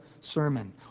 sermon